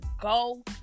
go